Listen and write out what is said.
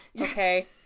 Okay